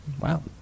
Wow